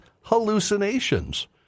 hallucinations